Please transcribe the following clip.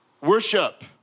worship